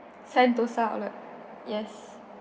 Sentosa outlet yes